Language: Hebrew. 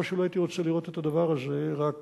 לא שלא הייתי רוצה לראות את הדבר הזה, רק